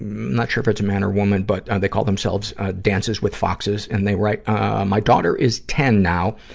not sure if it's a man or woman, but they call themselves dances with foxes, and they write my daughter is ten now,